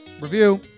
review